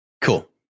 Cool